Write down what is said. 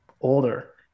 older